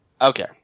okay